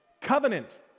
Covenant